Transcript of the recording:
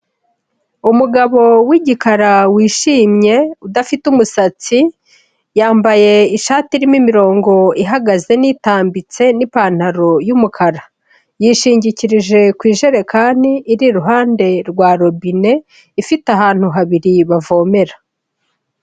Umugabo w'igikara wishimye, udafite umusatsi, yambaye ishati irimo imirongo ihagaze n'itambitse n'ipantaro y'umukara. Yishingikirije ku ijerekani iri iruhande rwa robine, ifite ahantu habiri bavomera.